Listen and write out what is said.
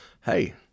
hey